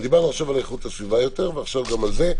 דיברנו עכשיו על איכות הסביבה ועכשיו גם על זה.